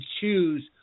choose